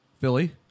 Philly